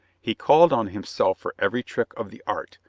he called on himself for every trick of the art,